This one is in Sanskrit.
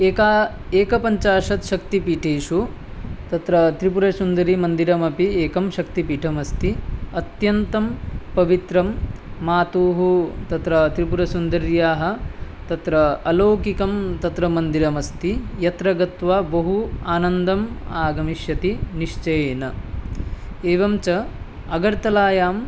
एका एकपञ्चाशत् शक्तिपीठेषु तत्र त्रिपुरसुन्दरीमन्दिरमपि एकं शक्तिपीठम् अस्ति अत्यन्तं पवित्रं मातुः तत्र त्रिपुरसुन्दर्याः तत्र अलौकिकं तत्र मन्दिरमस्ति यत्र गत्वा बहु आनन्दः आगमिष्यति निश्चयेन एवं च अगर्तलायां